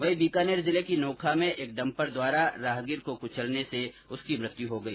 वहीं बीकानेर जिले की नोखा में एक डम्पर द्वारा राहगीर को कचलने से उसकी मृत्य हो गई